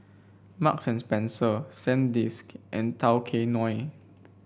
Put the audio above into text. Marks and Spencer Sandisk and Tao Kae Noi